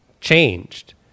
changed